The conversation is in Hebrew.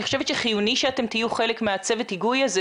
אני חושבת שזה חיוני שתהיו חלק מהצוות היגוי הזה,